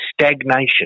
stagnation